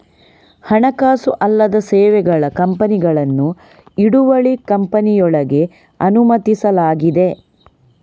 ಹಣಕಾಸು ಅಲ್ಲದ ಸೇವೆಗಳ ಕಂಪನಿಗಳನ್ನು ಹಿಡುವಳಿ ಕಂಪನಿಯೊಳಗೆ ಅನುಮತಿಸಲಾಗಿದೆ